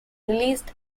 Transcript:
released